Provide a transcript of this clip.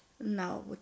now